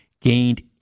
gained